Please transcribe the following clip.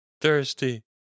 Thirsty